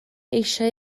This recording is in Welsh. eisiau